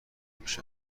میشن